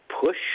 push